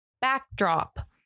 backdrop